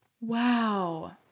Wow